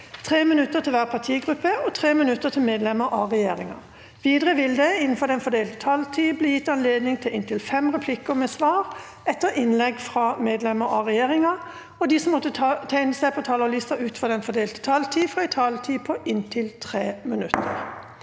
3 minutter til hver partigruppe og 3 minutter til medlemmer av regjeringa. Videre vil det – innenfor den fordelte taletid – bli gitt anledning til inntil fem replikker med svar etter innlegg fra medlemmer av regjeringa, og de som måtte tegne seg på talerlisten utover den fordelte taletid, får også en taletid på inntil 3 minutter.